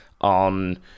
on